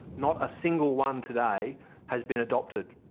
not a single one today has been adopted.